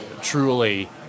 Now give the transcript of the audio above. truly